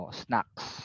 snacks